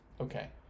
Okay